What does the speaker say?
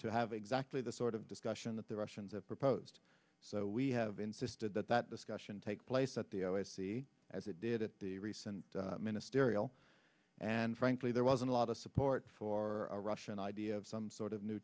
to have exactly the sort of discussion that the russians have proposed so we have insisted that that discussion take place at the o s c as it did at the recent ministerial and frankly there wasn't a lot of support for a russian idea of some sort of new